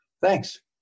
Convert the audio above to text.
thanks